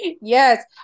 yes